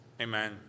Amen